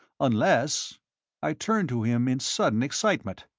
unless i turned to him in sudden excitement,